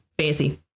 fancy